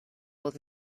old